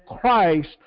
Christ